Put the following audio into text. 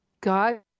God